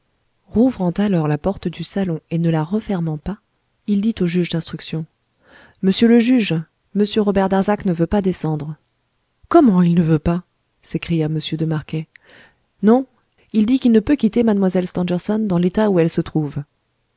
rouvrant alors la porte du salon et ne la refermant pas il dit au juge d'instruction monsieur le juge m robert darzac ne veut pas descendre comment il ne veut pas s'écria m de marquet non il dit qu'il ne peut quitter mlle stangerson dans l'état où elle se trouve